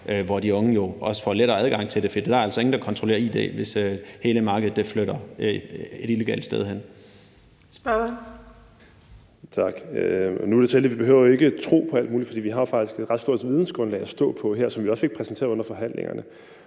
hvor de unge jo får lettere adgang til det, for der er altså ingen, der kontrollerer id, hvis hele markedet flytter et illegalt sted hen.